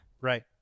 Right